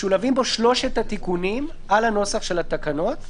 שמשולבים בו שלושת התיקונים על הנוסח של התקנות,